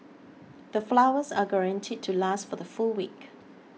the flowers are guaranteed to last for the full week